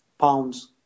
pounds